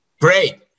Great